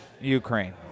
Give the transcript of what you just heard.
Ukraine